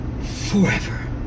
forever